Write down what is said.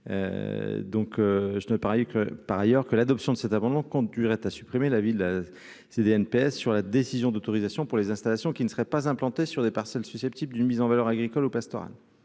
par ailleurs que l'adoption de cet amendement conduirait à supprimer la ville là c'est NPS sur la décision d'autorisation pour les installations qui ne serait pas implantés sur des parcelles susceptibles d'une mise en valeur agricole au pastorale,